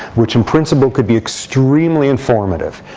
which in principle could be extremely informative,